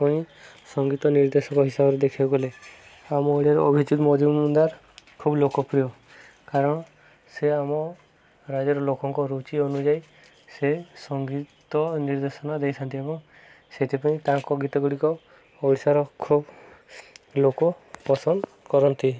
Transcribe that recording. ପୁଣି ସଙ୍ଗୀତ ନିର୍ଦ୍ଦେଶକ ହିସାବରେ ଦେଖିବାକୁ ଗଲେ ଆମ ଓଡ଼ିଆର ଅଭିଜିତ ମଜୁମଦାର ଖୁବ ଲୋକପ୍ରିୟ କାରଣ ସେ ଆମ ରାଜ୍ୟର ଲୋକଙ୍କ ରୁଚି ଅନୁଯାୟୀ ସେ ସଙ୍ଗୀତ ନିର୍ଦ୍ଦେଶନା ଦେଇଥାନ୍ତି ଏବଂ ସେଥିପାଇଁ ତାଙ୍କ ଗୀତ ଗୁଡ଼ିକ ଓଡ଼ିଶାର ଖୁବ ଲୋକ ପସନ୍ଦ କରନ୍ତି